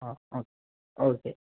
ആ ആ ഓക്കേ